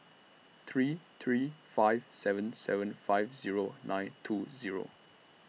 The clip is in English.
three three five seven seven five Zero nine two Zero